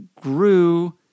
grew